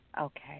Okay